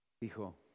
dijo